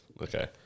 okay